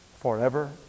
forever